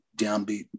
downbeat